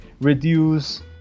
reduce